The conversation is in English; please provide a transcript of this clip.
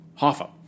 Hoffa